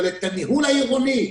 אבל את הניהול העירוני,